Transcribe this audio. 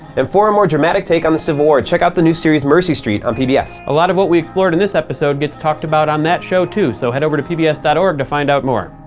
and for a more dramatic take on the civil war, check out the new series mercy street on pbs. a lot of what we explored in this episode gets talked about on that show, too. so head over to pbs dot org to find out more.